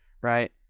right